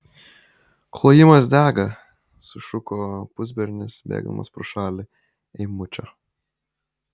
klojimas dega sušuko pusbernis bėgdamas pro šalį eimučio